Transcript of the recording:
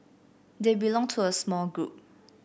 they belong to a small group